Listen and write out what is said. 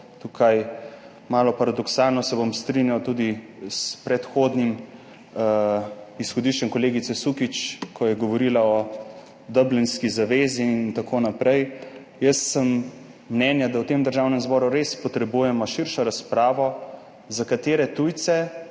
tukaj malo paradoksalno strinjal tudi s predhodnim izhodiščem kolegice Sukič, ki je govorila o Dublinski uredbi in tako naprej. Jaz sem mnenja, da v Državnem zboru res potrebujemo širšo razpravo, za katere tujce,